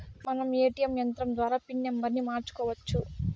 మనం ఏ.టీ.యం యంత్రం ద్వారా పిన్ నంబర్ని మార్చుకోవచ్చు